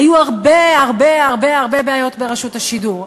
היו הרבה הרבה הרבה בעיות ברשות השידור.